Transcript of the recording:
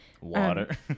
water